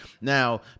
now